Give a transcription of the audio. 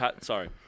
sorry